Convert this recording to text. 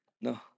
No